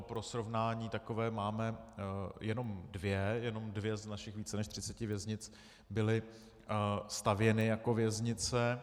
Pro srovnání, takové máme jenom dvě, jenom dvě z našich více než třiceti věznic byly stavěny jako věznice.